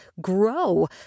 grow